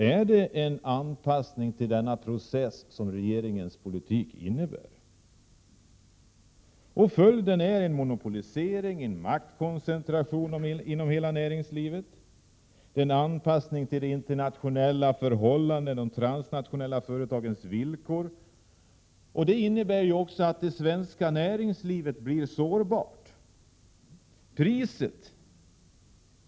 Följden blir en monopolisering och en maktkoncentration inom hela näringslivet samt en anpassning till internationella förhållanden och till de transnationella företagens villkor. En annan konsekvens är att det svenska näringslivet blir sårbart.